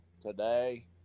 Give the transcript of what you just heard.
today